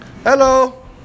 Hello